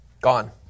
Gone